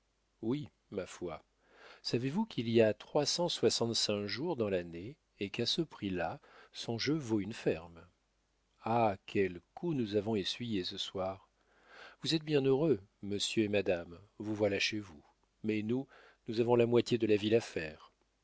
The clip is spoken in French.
oui ma foi savez-vous qu'il y a trois cent soixante-cinq jours dans l'année et qu'à ce prix-là son jeu vaut une ferme ah quels coups nous avons essuyés ce soir vous êtes bien heureux monsieur et madame vous voilà chez vous mais nous nous avons la moitié de la ville